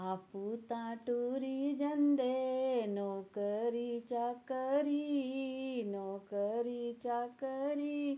आप्पू तां टुरी जंदे नौकरी चाकरी नौकरी चाकरी